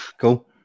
cool